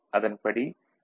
அதன்படி டி